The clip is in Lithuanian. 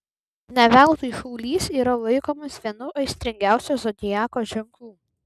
ne veltui šaulys yra laikomas vienu aistringiausių zodiako ženklų